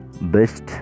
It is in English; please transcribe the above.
best